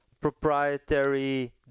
proprietary